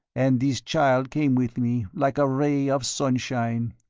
and this child came with me, like a ray of sunshine.